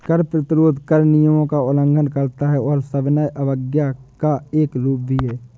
कर प्रतिरोध कर नियमों का उल्लंघन करता है और सविनय अवज्ञा का एक रूप भी है